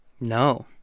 No